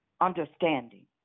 understanding